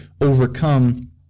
overcome